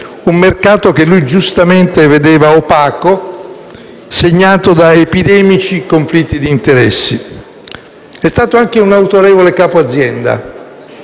un mercato che lui giustamente vedeva opaco, segnato da epidemici conflitti d'interessi. È stato anche un autorevole capo azienda,